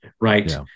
right